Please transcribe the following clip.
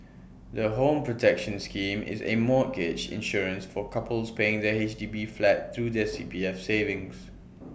the home protection scheme is A mortgage insurance for couples paying for their H D B flat through their C P F savings